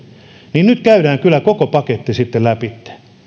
käydään kyllä koko paketti sitten läpi